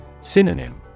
Synonym